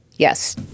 Yes